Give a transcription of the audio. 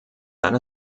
dann